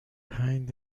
پنج